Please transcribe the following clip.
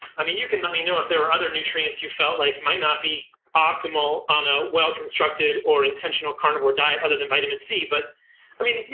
i mean, you can let me know if there were other nutrients you felt like might not be optimal on a well-constructed or intentional carnivore diet other than vitamin c. but i mean,